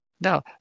Now